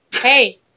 Hey